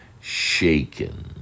shaken